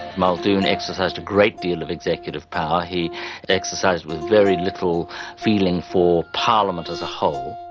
muldoon exercised a great deal of executive power, he exercised with very little feeling for parliament as a whole.